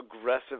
aggressive